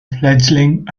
fledgling